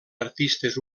artistes